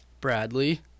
Bradley